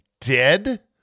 Dead